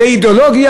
זה אידיאולוגיה?